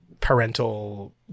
parental